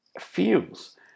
feels